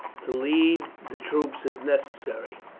to lead the troops if necessary,